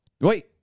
wait